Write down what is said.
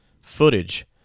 footage